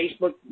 Facebook